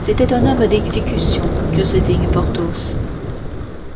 c'était un homme d'exécution que ce digne porthos